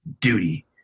duty